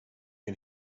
can